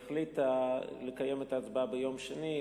והיא החליטה לקיים את ההצבעה ביום שני,